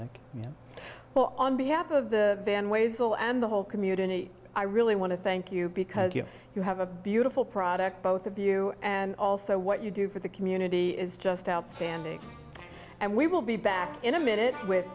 you well on behalf of the then ways will and the whole community i really want to thank you because you you have a beautiful product both of you and also what you do for the community is just outstanding and we will be back in a minute with